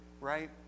right